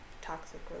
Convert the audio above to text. toxic